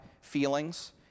feelings